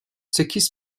sekiz